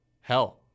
hell